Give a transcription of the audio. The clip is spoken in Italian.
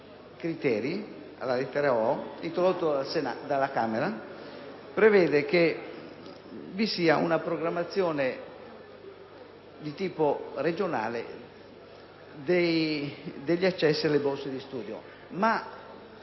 alla lettera o), introdotto dalla Camera, prevede che vi sia una programmazione di tipo regionale degli accessi alle borse di studio.